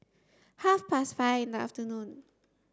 half past five in the afternoon